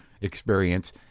experience